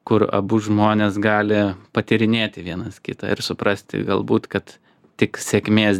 kur abu žmonės gali patyrinėti vienas kitą ir suprasti galbūt kad tik sėkmės